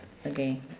okay